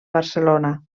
barcelona